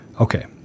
Okay